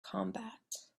combat